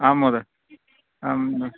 आं महोदय आम्